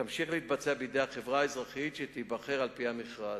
תמשיך להתבצע בידי החברה האזרחית שתיבחר על-פי המכרז.